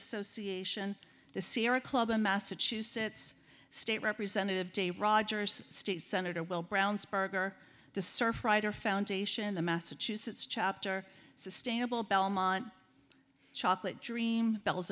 association the sierra club the massachusetts state representative dave rogers state sen well brownsburg or the surf rider foundation the massachusetts chapter sustainable belmont chocolate dream bells